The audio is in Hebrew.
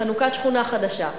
בחנוכת שכונה חדשה,